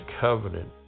covenant